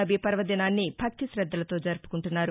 నబి పర్వదినాన్ని భక్తి శద్దలతో జరుపుకుంటున్నారు